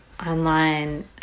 Online